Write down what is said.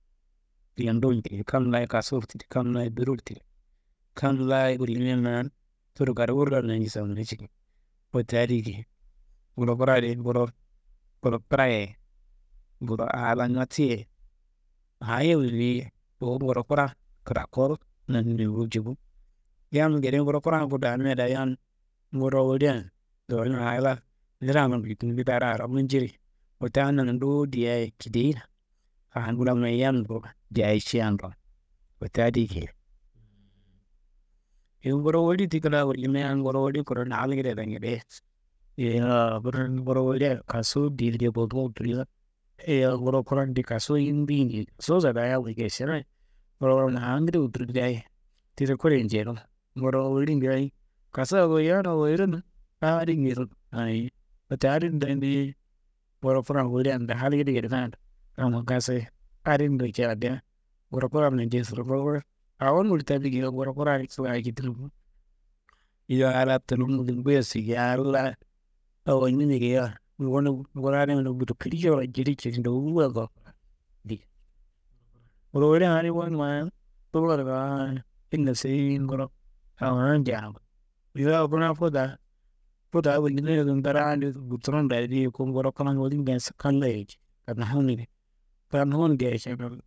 Klandogu kideyi, kam laa- ye kasuro tidi, kam laa- ye biroro tidi, kam laa- ye wullimia ma tudu karefur laan nanju samana ciki, wote adi geyi. Nguro kuraa di, nguro kra- ye, nguro aa laa matti ye, ayiya wulliyi? Wu nguro kuran krakoro nanimia wolji bo, yam gede nguro kura n ku damia daa yam nguro wolia n dowuyina aa laa niro angal njettuwu ni daaro aa laa manjerei. Wote adi nangando duwu diaye kideyin, angu laa mayi yamnguro jayi cia ngla wo, wote adi geyi. Yowo nguro woli ti kuna wullimia, nguro woli n kura n halngede daa gede, yowo kunaa nguro wolia n kasuwu diye nja kowu mawun tulla, yowo nguro kura n di kasuwu yimbi ye diye, kasuwuso daa yammi ngesiyenaye, angede uturgedeayi tide kude njeinuwa, nguro woli njaye, kasuwuwa woyiyana, worena, aa adi geyiro, wote adin do, niyi nguro kura n woli n daa halgede, kamma ngaasoyi, adin do candea nguro kuran najeiso do nguro kura anum woli tami geyiwa, ngura kura adi ti awo citina bo. Yowo aa laa tulumu ngumbuyeso geyi, anum laa awonimina geyiwa, wunum nguro adin kuna budukili curon jilijili ndowu wayi, nguro wolian adi bo, ma ille seyi nguro awonum janu. Yowo kunaa ku daa, ku daa wullimia adi, ndaraambe nguduron daa diye, ku nguro kura n woli n ngaaso kalleye wolji anaa halgedi.